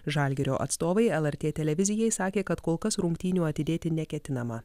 žalgirio atstovai lrt televizijai sakė kad kol kas rungtynių atidėti neketinama